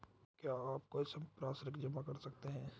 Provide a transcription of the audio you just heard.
क्या आप कोई संपार्श्विक जमा कर सकते हैं?